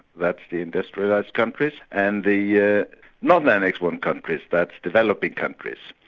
that's the industrialised countries, and the yeah non-annexe one countries, that's developing countries.